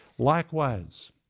Likewise